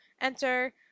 enter